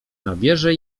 nabierze